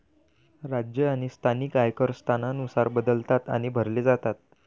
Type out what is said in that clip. राज्य आणि स्थानिक आयकर स्थानानुसार बदलतात आणि भरले जातात